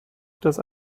dass